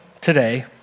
today